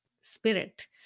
spirit